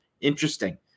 interesting